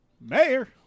Mayor